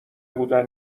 بودن